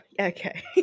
Okay